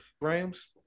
Rams